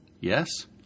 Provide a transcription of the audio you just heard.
Yes